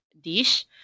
dish